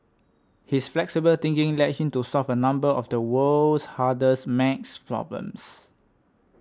his flexible thinking led him to solve a number of the world's hardest maths problems